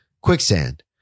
quicksand